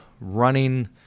running